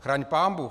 Chraň pánbůh!